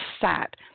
sat